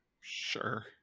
Sure